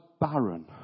barren